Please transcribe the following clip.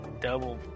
double